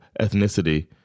ethnicity